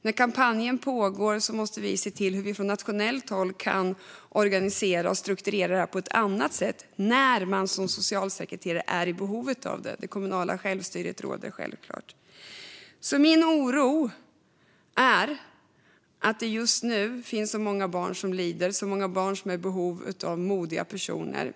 När kampanjen pågår måste vi se till hur vi från nationellt håll kan organisera och strukturera det på ett annat sätt när socialsekreterare är i behov av det. Det kommunala självstyret råder självklart. Min oro är att det just nu finns många barn som lider och är i behov av modiga personer.